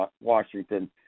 Washington